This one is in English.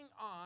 on